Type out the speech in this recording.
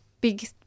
big